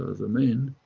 ah the main